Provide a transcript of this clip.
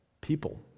people